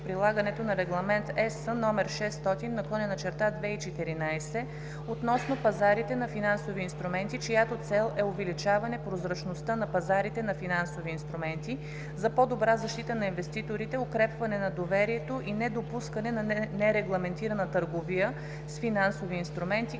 прилагането на Регламент ЕС № 600/2014 относно пазарите на финансови инструменти, чиято цел е увеличаване прозрачността на пазарите на финансови инструменти, за по-добра защита на инвеститорите, укрепване на доверието и недопускане на нерегламентирана търговия с финансови инструменти,